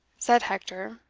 said hector,